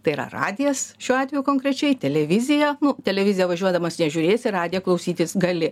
tai yra radijas šiuo atveju konkrečiai televizija televiziją važiuodamas nežiūrės į radiją klausytis gali